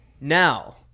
now